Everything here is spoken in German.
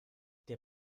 der